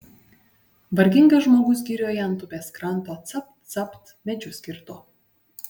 vargingas žmogus girioje ant upės kranto capt capt medžius kirto